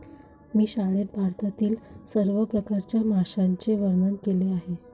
मी शाळेत भारतातील सर्व प्रकारच्या माशांचे वर्णन केले होते